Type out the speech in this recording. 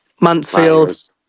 Mansfield